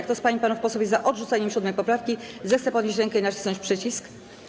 Kto z pań i panów posłów jest za odrzuceniem 7. poprawki, zechce podnieść rękę i nacisnąć przycisk.